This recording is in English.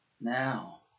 now